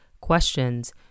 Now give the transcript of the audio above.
questions